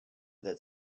that